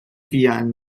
viajn